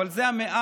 אבל זה המעט,